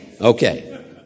Okay